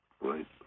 right